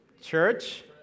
Church